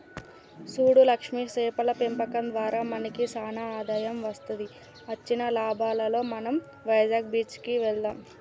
సూడు లక్ష్మి సేపల పెంపకం దారా మనకి సానా ఆదాయం వస్తది అచ్చిన లాభాలలో మనం వైజాగ్ బీచ్ కి వెళ్దాం